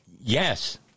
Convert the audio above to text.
Yes